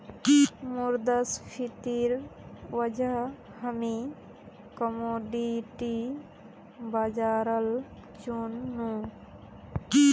मुद्रास्फीतिर वजह हामी कमोडिटी बाजारल चुन नु